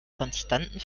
konstanten